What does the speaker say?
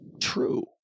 true